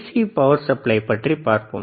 C power supply பற்றி பார்ப்போம்